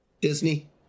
disney